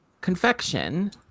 confection